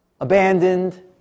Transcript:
abandoned